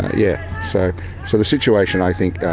yeah so so the situation i think